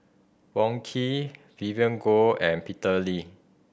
Wong Keen Vivien Goh and Peter Lee